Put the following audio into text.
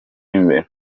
imbere